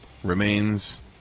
Remains